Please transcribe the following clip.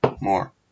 more